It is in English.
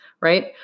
right